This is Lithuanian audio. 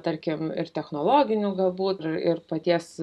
tarkim ir technologinių galbūt ir paties